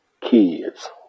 kids